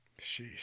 Sheesh